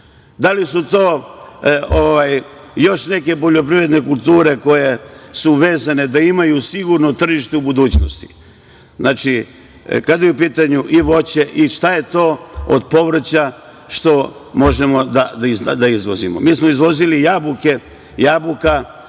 Da li su to još neke poljoprivredne kulture koje su vezane, da imaju sigurno tržište u budućnosti? Znači, kada je u pitanju voće i šta je to od povrća što možemo da izvozimo. Mi smo izvozili jabuke, jabuka